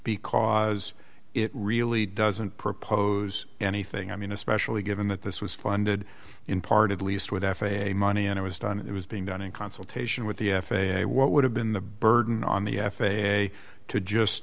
because it really doesn't propose anything i mean especially given that this was funded in part at least with f a a money and it was done it was being done in consultation with the f a a what would have been the burden on the f a a to just